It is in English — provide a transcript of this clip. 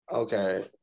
Okay